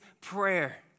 prayer